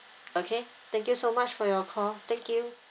okay thank you so much for your call thank you